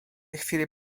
chwili